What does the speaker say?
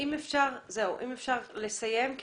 אם אפשר לסיים כי